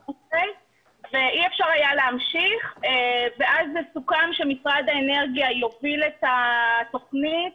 ואי אפשר היה להמשיך ואז סוכם שמשרד האנרגיה יוביל את התכנית,